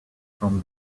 from